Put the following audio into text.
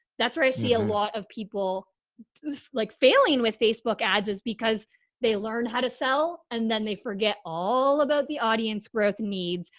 that's where i see a lot of people like failing with facebook ads is because they learn how to sell and then they forget all about the audience growth needs,